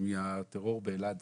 מהטרור באלעד